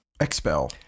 expel